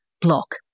block